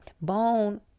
Bone